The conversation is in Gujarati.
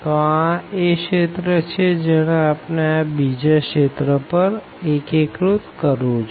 તો આ એ રિજિયન છે જેને આપણે આ બીજા રિજિયન પર એકીકૃત કરવું છે